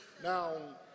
Now